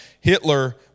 Hitler